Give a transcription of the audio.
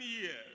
years